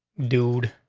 dude,